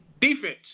defense